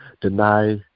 deny